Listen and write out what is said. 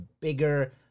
bigger